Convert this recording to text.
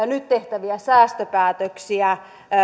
nyt tehtäviä säästöpäätöksiä